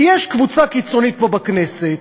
כי יש קבוצה קיצונית פה, בכנסת,